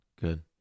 Good